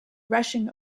rushing